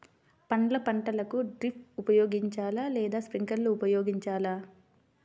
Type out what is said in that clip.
పండ్ల పంటలకు డ్రిప్ ఉపయోగించాలా లేదా స్ప్రింక్లర్ ఉపయోగించాలా?